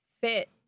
fit